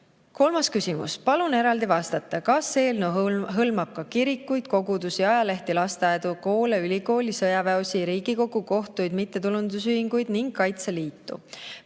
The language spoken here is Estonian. Kolmas küsimus: "Palun eraldi vastata, kas eelnõu hõlmab ka kirikuid, kogudusi, ajalehti, lasteaedu, koole, ülikoole, sõjaväeosi, Riigikogu, kohtuid, mittetulundusühinguid ning Kaitseliitu?